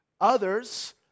Others